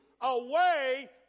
away